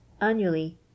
Annually